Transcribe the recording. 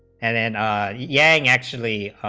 and and ah yang actually,